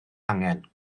angen